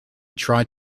tried